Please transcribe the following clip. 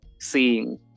seeing